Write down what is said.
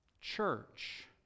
church